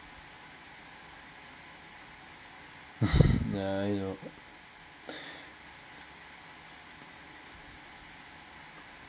yeah you know